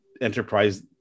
enterprise